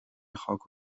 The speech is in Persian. خاک